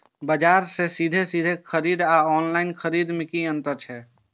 बजार से सीधे सीधे खरीद आर ऑनलाइन खरीद में की अंतर छै?